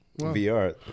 VR